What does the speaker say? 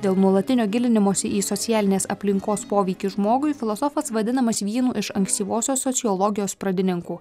dėl nuolatinio gilinimosi į socialinės aplinkos poveikį žmogui filosofas vadinamas vienu iš ankstyvosios sociologijos pradininkų